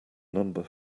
number